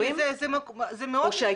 זה לא כלכלי.